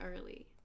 early